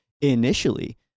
initially